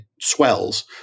swells